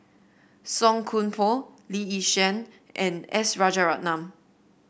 Song Koon Poh Lee Yi Shyan and S Rajaratnam